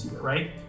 right